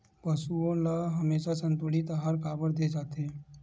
पशुओं ल हमेशा संतुलित आहार काबर दे जाथे?